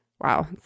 Wow